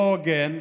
לא הוגן.